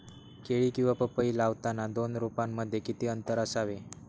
केळी किंवा पपई लावताना दोन रोपांमध्ये किती अंतर असावे?